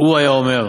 הוא היה אומר: